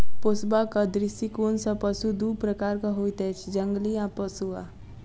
पोसबाक दृष्टिकोण सॅ पशु दू प्रकारक होइत अछि, जंगली आ पोसुआ